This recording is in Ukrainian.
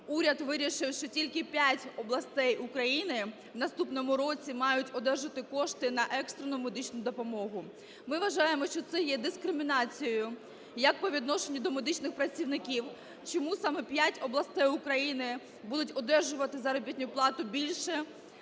уряд вирішив, що тільки п'ять областей України в наступному році мають одержати кошти на екстрену медичну допомогу. Ми вважаємо, що це є дискримінацією як по відношенню до медичних працівників, чому саме п'ять областей України будуть одержувати заробітну плату більше,